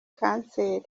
kanseri